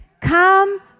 come